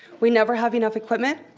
we never have enough equipment.